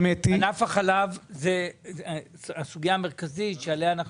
ענף החלב זאת הסוגיה המרכזית שעליה אנחנו